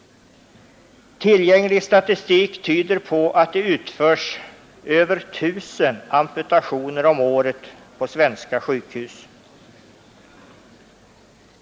Tillgänglig statistik tyder på att det utförs över 1 000 amputationer om året på svenska sjukhus.